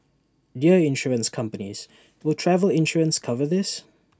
Dear Insurance companies will travel insurance cover this